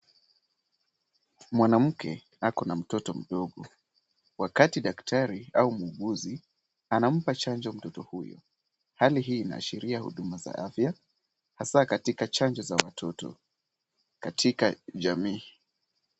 Mwanamke ako na mtoto mdogo. Wakati daktari au muuguzi anampa chanjo mtoto huyu, hali hii inaashiria huduma za afya hasa katika chanjo za watoto katika jamii.